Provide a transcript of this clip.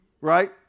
Right